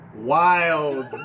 Wild